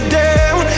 down